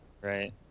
right